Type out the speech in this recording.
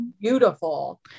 beautiful